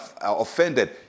offended